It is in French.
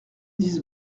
dix